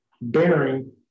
bearing